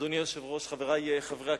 אדוני היושב-ראש, חברי חברי הכנסת,